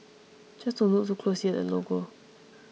just don't look too closely at the logo